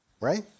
right